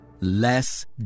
Less